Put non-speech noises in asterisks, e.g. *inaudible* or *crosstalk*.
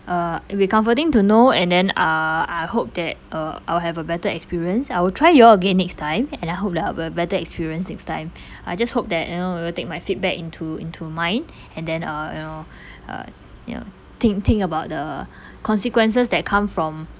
uh it'll be comforting to know and then uh I hope that uh I'll have a better experience I will try you all again next time and I hope that I will have a better experience next time *breath* I just hope that you know you will take my feedback into into mind and then uh you know uh you know think think about the *breath* consequences that come from